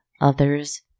others